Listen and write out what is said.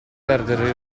perdere